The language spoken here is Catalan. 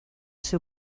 ser